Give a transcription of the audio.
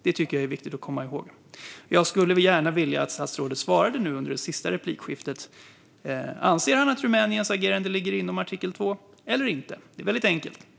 Det är viktigt att komma ihåg. Jag skulle gärna vilja att statsrådet svarade nu i det sista inlägget. Anser han att Rumäniens agerande ligger inom artikel 2 eller inte? Det är väldigt enkelt.